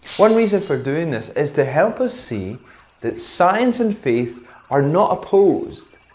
one reason for doing this, is to help us see that science and faith are not opposed,